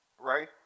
Right